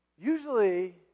Usually